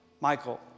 Michael